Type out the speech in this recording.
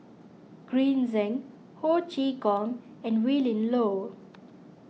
Green Zeng Ho Chee Kong and Willin Low